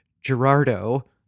Gerardo